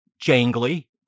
jangly